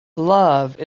love